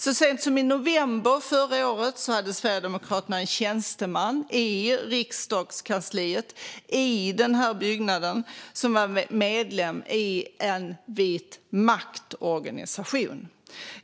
Så sent som i november förra året hade Sverigedemokraterna en tjänsteman i partikansliet i riksdagen, i den här byggnaden, som var medlem i en vit makt-organisation.